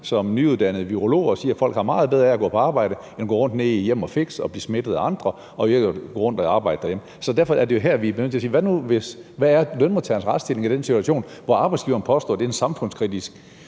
som nyuddannede virologer og siger, at folk har meget bedre af at gå på arbejde end at gå rundt nede i jem og fix og blive smittet af andre eller arbejde derhjemme. Så her er vi jo nødt til at spørge: Hvad er lønmodtagernes retsstilling i den situation, hvor arbejdsgiveren påstår, at det er noget samfundskritisk